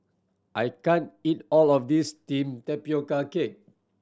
I can't eat all of this steamed tapioca cake